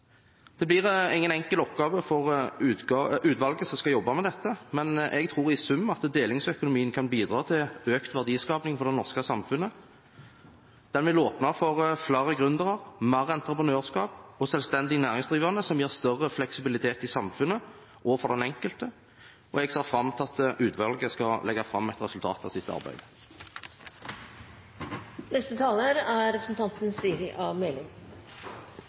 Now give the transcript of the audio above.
Det blir ingen enkel oppgave for utvalget som skal jobbe med dette, men jeg tror i sum at delingsøkonomien kan bidra til økt verdiskaping for det norske samfunnet. Den vil åpne for flere gründere, mer entreprenørskap og flere selvstendig næringsdrivende, som gir større fleksibilitet i samfunnet og for den enkelte. Jeg ser fram til at utvalget skal legge fram et resultat av sitt arbeid. Takk til interpellanten for å ta opp delingsøkonomien, som er